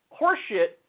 horseshit